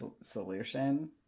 solution